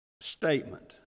statement